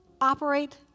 Operate